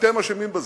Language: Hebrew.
אתם אשמים בזה.